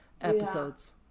episodes